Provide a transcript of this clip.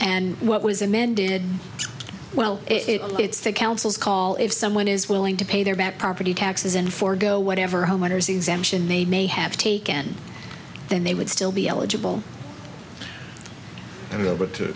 and what was amended well it it's the council's call if someone is willing to pay their rent property taxes and forgo whatever homeowners exemption they may have taken then they would still be eligible and over t